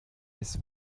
ist